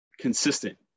consistent